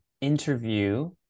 interview